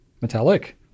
Metallic